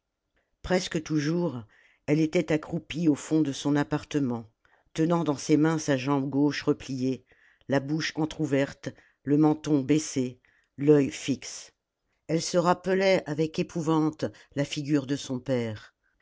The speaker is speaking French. presque toujours elle était accroupie au fond de son appartement tenant dans ses mains sa jambe gauche repliée la bouche entr'ouverte le menton baissé l'œil fixe elle se rappelait avec épouvante la figure de son père